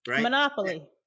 Monopoly